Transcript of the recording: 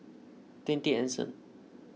twenty Anson